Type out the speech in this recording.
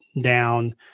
down